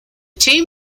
team